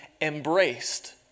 embraced